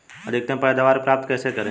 अधिकतम पैदावार प्राप्त कैसे करें?